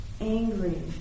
angry